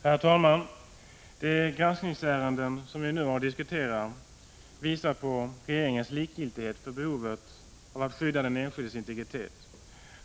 Herr talman! De granskningsärenden som vi nu har att diskutera visar på ning av datafrågor regeringens likgiltighet för behovet av att skydda den enskildes integritet.